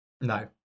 No